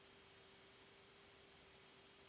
Hvala